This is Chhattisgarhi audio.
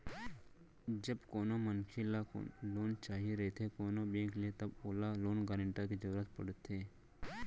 जब कोनो मनखे ल लोन चाही रहिथे कोनो बेंक ले तब ओला लोन गारेंटर के जरुरत पड़थे